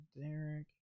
Derek